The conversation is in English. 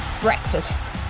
breakfast